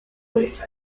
postes